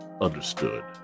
understood